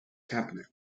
cabinet